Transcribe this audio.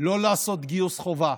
לא לעשות גיוס חובה,